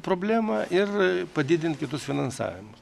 problemą ir padidint kitus finansavimus